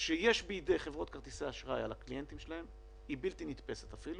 שיש בידי חברות כרטיסי האשראי על הקליינטים שלהם היא בלתי נתפסת אפילו,